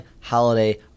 holiday